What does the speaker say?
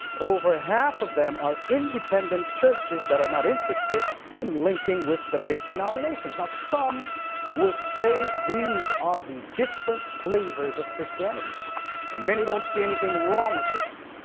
over ah half of them are independent churches that are not interested in linking with the big denominations. some would say these are the different flavors of christianity and many don't see anything wrong with this.